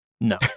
no